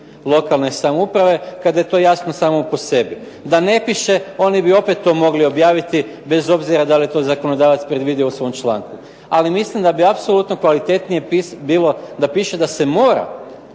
lokalne samouprave, kada je to jasno samo po sebi. Da ne piše oni bi opet to mogli objaviti, bez obzira da li je to zakonodavac predvidio u svom članku. Ali mislim da bi apsolutno kvalitetnije bilo da piše da se mora